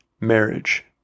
Marriage